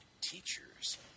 teachers